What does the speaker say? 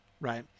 Right